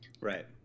Right